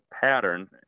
pattern